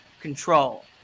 control